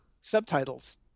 subtitles